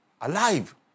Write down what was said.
alive